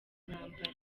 ntambara